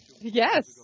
Yes